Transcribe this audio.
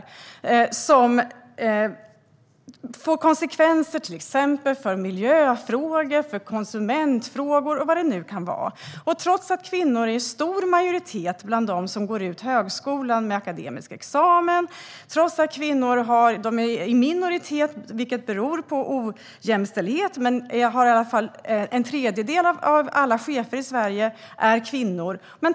Det är beslut som får konsekvenser till exempel för miljöfrågor, konsumentfrågor eller vad det nu kan vara. Trots att kvinnor är i stor majoritet bland dem som går ut högskolan med akademisk examen är kvinnor i minoritet, vilket beror på ojämställdhet. En tredjedel av alla chefer i Sverige är kvinnor.